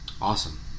Awesome